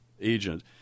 agent